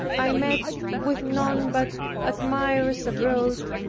i met with none but admirers abroad,